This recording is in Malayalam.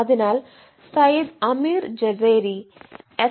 അതിനാൽ സയ്യിദ് അമീർ ജസേരി എസ്